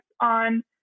on